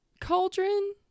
cauldron